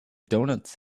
donuts